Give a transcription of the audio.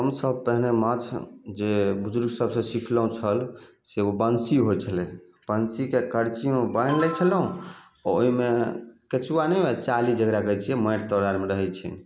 हमसभ पहिने माछ जे बुजुर्ग सभसे सिखलहुँ छल से ओ बनसी होइत छलै बनसीके करचीमे बान्हि लै छलहुँ ओहिमे केचुआ नहि होइ हइ चाली जेकरा कहैत छियै माटि तर आरमे रहैत छै